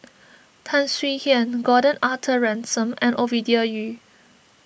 Tan Swie Hian Gordon Arthur Ransome and Ovidia Yu